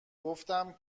گفتم